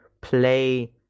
play